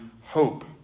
hope